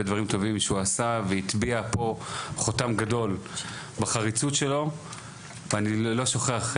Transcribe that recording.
דברים טובים שהוא עשה והטביע פה חותם גדול בחריצות שלו ואני לא שוכח,